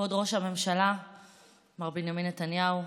כבוד ראש הממשלה מר בנימין נתניהו,